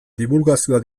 dibulgazioa